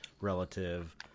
relative